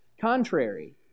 Contrary